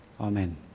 Amen